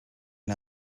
and